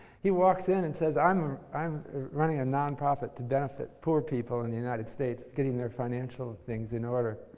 he walks in and says, i'm i'm running a nonprofit to benefit poor people in the united states, getting their financial things in order.